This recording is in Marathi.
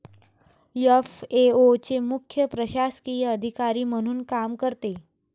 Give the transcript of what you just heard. एफ.ए.ओ चे मुख्य प्रशासकीय अधिकारी म्हणून काम करते